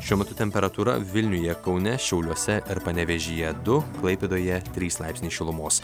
šiuo metu temperatūra vilniuje kaune šiauliuose ir panevėžyje du klaipėdoje trys laipsniai šilumos